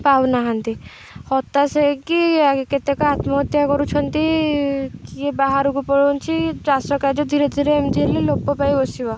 ପାଉନାହାନ୍ତି ହତାଶ ହୋଇକି କେତେକ ଆତ୍ମହତ୍ୟା କରୁଛନ୍ତି କିଏ ବାହାରକୁ ପଳଉଛି ଚାଷ କାର୍ଯ୍ୟ ଧୀରେ ଧୀରେ ଏମିତି ହେଲେ ଲୋପ ପାଇ ବସିବ